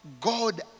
God